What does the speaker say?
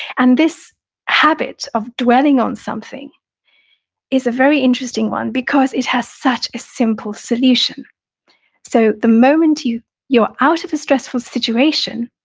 and this habit of dwelling on something is a very interesting one because it has such a simple solution so, the moment you you're out of the stressful situation,